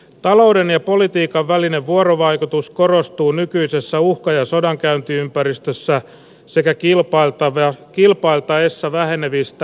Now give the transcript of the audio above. talouden ja politiikan välinen vuorovaikutus korostuu nykyisessä uhka ja sodankäyntiympäristössä sekä kilpailtaessa vähenevistä luonnonvaroista